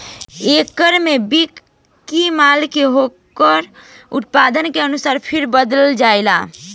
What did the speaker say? एकरा में बिक्री माल के ओकर उत्पादन के अनुसार फेर बदल कईल जाला